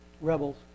rebels